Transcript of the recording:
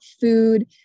food